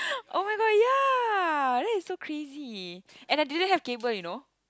oh-my-god ya that is so crazy and I didn't have cable you know